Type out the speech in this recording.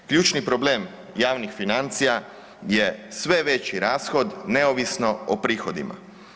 Ključni problem javnih financija je sve veći rashod, neovisno o prihodima.